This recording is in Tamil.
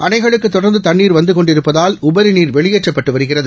அணைகளுக்கு தொடர்ந்து தண்ணீர் வந்து கொண்டிருப்பதால் உபரிநீர் வெளியேற்றப்பட்டு வருகிறது